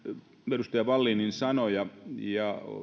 edustaja vallinin sanoja